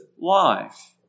life